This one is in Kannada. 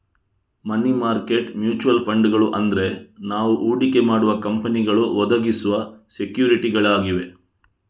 ಮನಿ ಮಾರ್ಕೆಟ್ ಮ್ಯೂಚುಯಲ್ ಫಂಡುಗಳು ಅಂದ್ರೆ ನಾವು ಹೂಡಿಕೆ ಮಾಡುವ ಕಂಪನಿಗಳು ಒದಗಿಸುವ ಸೆಕ್ಯೂರಿಟಿಗಳಾಗಿವೆ